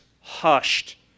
hushed